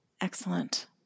excellent